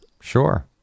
sure